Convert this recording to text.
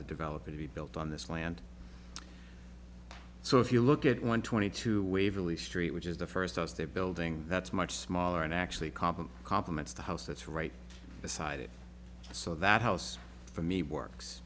the developer to be built on this land so if you look at one twenty two waverly street which is the first us they're building that's much smaller and actually common complements the house that's right beside it so that house for me works